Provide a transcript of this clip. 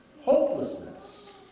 Hopelessness